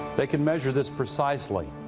they can measure this precisely.